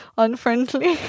unfriendly